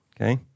Okay